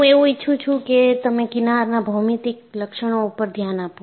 હું એવું ઇચ્છું છું કે તમે કિનારના ભૌમિતિક લક્ષણો ઉપર ધ્યાન આપો